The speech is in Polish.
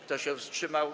Kto się wstrzymał?